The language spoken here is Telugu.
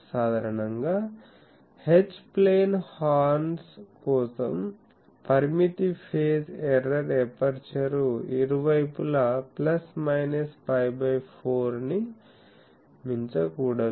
సాధారణంగా H ప్లేన్ హార్న్స్ కోసం పరిమితి ఫేజ్ ఎర్రర్ ఎపర్చరు ఇరువైపులా ప్లస్ మైనస్ π బై 4 ని మించకూడదు